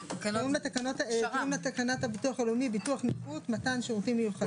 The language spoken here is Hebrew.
תקנות הביטוח הלאומי (ביטוח נכות) (מתן שירותים מיוחדים).